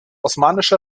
osmanische